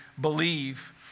believe